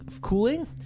cooling